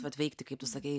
vat veikti kaip tu sakei